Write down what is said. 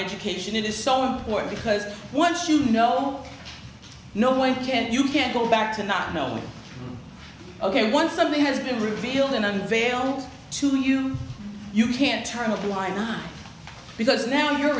education it is so important because once you know no one can you can't go back to not knowing ok once something has been revealed in unveiled to you you can't turn a blind eye because now you're